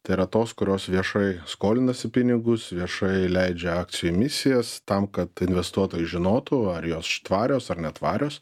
tai yra tos kurios viešai skolinasi pinigus viešai leidžia akcijų emisijas tam kad investuotojai žinotų ar jos tvarios ar netvarios